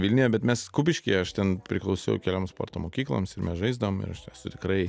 vilniuje bet mes kupiškyje aš ten priklausiau kelioms sporto mokykloms ir mes žaisdavom ir esu tikrai